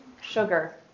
sugar